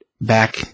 back